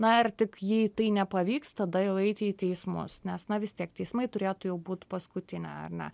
na ir tik jei tai nepavyks tada jau eiti į teismus nes na vis tiek teismai turėtų jau būt paskutinė ar ne